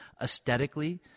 Aesthetically